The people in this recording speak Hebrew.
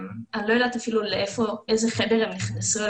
אני לא יודעת אפילו לאיזה חדר הם נכנסו,